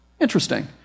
Interesting